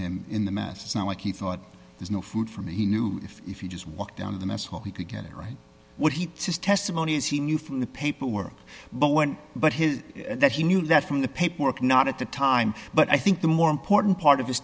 him in the mass it's not like he thought there's no food for me he knew if you just walked down the mess hall he could get it right what he says testimony is he knew from the paperwork but when but his that he knew that from the paperwork not at the time but i think the more important part of his